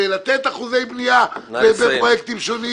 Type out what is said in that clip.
בלתת אחוזי בנייה בפרויקטים שונים